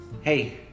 Hey